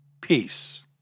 peace